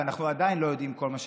ואנחנו עדיין לא יודעים כל מה שקרה,